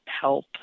help